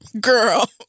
girl